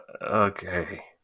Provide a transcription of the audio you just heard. okay